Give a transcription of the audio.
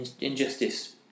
injustice